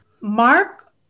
Mark